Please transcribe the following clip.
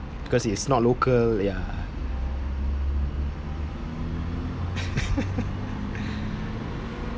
cause it's not local ya